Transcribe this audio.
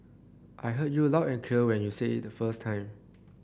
I heard you loud and clear when you said it the first time